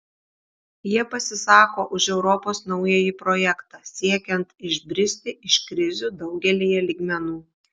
jie pasisako už europos naująjį projektą siekiant išbristi iš krizių daugelyje lygmenų